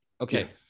Okay